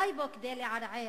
די בו כדי לערער